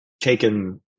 taken